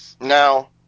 Now